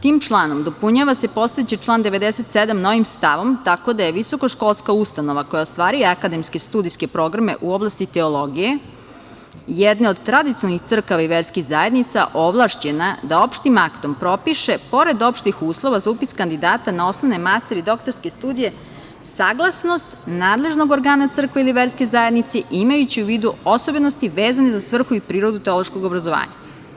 Tim članom dopunjava se postojeći član 97. novim stavom, tako daje visokoškolska ustanova, koja ostvaruje akademske studijske programe u oblasti teologije, jedna od tradicionalnih crkava i verskih zajednica, ovlašćena da opštim aktom propiše, pored opštih uslova za upis kandidata na osnovne, master i doktorske studije, saglasnost nadležnog organa, crkve ili verske zajednice, imajući u vidu osobenosti vezane za svrhu i prirodu teološkog obrazovanja.